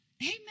Amen